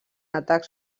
atacs